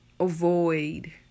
avoid